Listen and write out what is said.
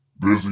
busy